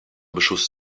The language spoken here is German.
beschuss